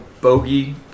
bogey